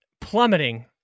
plummeting